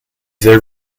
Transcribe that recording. there